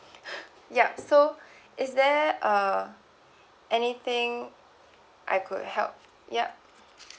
yup so is there uh anything I could help yup